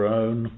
own